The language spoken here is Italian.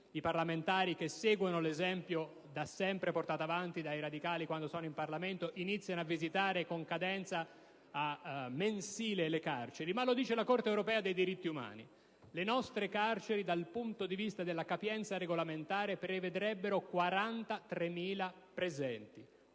di più - che, seguendo l'esempio da sempre portato avanti dai radicali in Parlamento, cominciano a visitare con cadenza mensile le carceri, ma lo dice la Corte europea dei diritti umani. Le nostre carceri, dal punto di vista della capienza regolamentare, dovrebbero consentire